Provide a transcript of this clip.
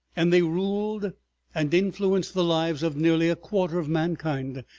and they ruled and influenced the lives of nearly a quarter of mankind,